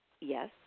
Yes